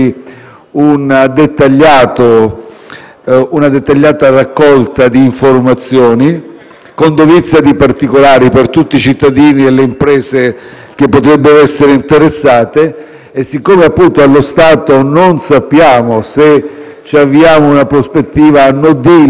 con dovizia di particolari per tutti i cittadini e le imprese che potrebbero essere interessate. Poiché allo stato non sappiamo se ci avviamo a una prospettiva *no deal*, cioè a un'uscita del Regno Unito dall'Unione europea senza accordo,